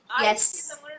yes